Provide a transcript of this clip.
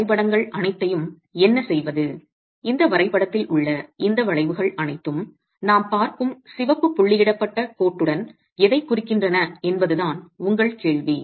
இந்த வரைபடங்கள் அனைத்தையும் என்ன செய்வது இந்த வரைபடத்தில் உள்ள இந்த வளைவுகள் அனைத்தும் நாம் பார்க்கும் சிவப்பு புள்ளியிடப்பட்ட கோட்டுடன் எதைக் குறிக்கின்றன என்பதுதான் உங்கள் கேள்வி